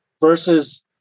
versus